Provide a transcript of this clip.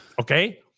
Okay